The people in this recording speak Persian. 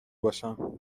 باشم